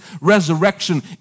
resurrection